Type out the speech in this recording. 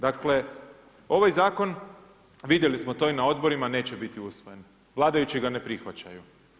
Dakle ovaj zakon vidjeli smo to i na odborima neće biti usvojen, vladajući ga ne prihvaćaju.